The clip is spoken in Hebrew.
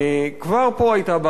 כבר פה היתה בעיה.